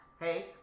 Hey